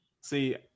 see